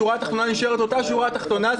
שורה תחתונה נשארת אותה שורה תחתונה.